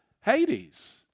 Hades